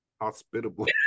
hospitable